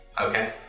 Okay